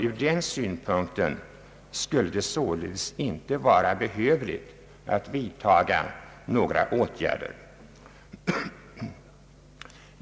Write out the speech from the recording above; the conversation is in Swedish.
Ur den synpunkten skulle det således inte vara behövligt att vidta några åtgärder.